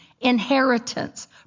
inheritance